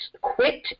Quit